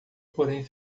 porém